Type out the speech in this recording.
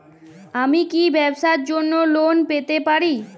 আমি কি ব্যবসার জন্য লোন পেতে পারি?